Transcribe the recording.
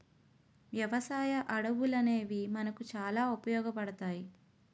వ్యవసాయ అడవులనేవి మనకు చాలా ఉపయోగపడతాయి